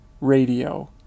radio